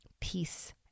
peace